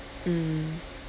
mm